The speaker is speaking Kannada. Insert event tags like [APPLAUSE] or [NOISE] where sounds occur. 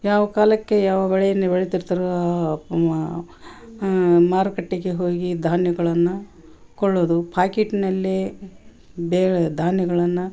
ಯಾವ ಕಾಲಕ್ಕೆ ಯಾವ ಬೆಳೆಯನ್ನು ಬೆಳೀತಿರ್ತಾರೋ [UNINTELLIGIBLE] ಮಾರುಕಟ್ಟೆಗೆ ಹೋಗಿ ಧಾನ್ಯಗಳನ್ನು ಕೊಳ್ಳೋದು ಪಾಕಿಟ್ನಲ್ಲೇ ಬೇಳೆ ಧಾನ್ಯಗಳನ್ನು